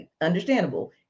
understandable